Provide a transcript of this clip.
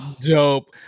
Dope